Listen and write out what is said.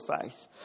faith